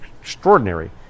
extraordinary